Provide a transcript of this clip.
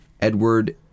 Edward